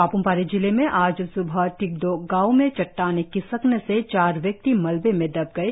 पाप्मपारे जिले में आज स्बह टिगड़ों गांव में चट्टाने खिसकने से चार व्यक्ति मलवे में दव गए